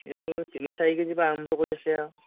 এইবোৰ তিনি চাৰি কেজি পৰা আৰম্ভ কৰি আছে আৰু